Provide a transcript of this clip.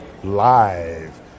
Live